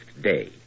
day